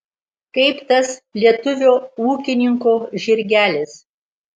kaip tas lietuvio ūkininko žirgelis